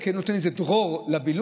זה כן נותן איזה דרור לבילוי,